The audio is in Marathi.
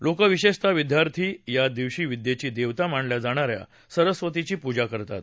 लोक विशेषतः विद्यार्थी या दिवशी विद्येची देवता मानली जाणा या सरस्वतीची पूजा करतात